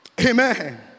Amen